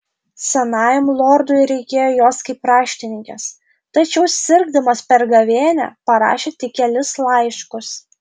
senajam lordui reikėjo jos kaip raštininkės tačiau sirgdamas per gavėnią parašė tik kelis laiškus